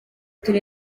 turi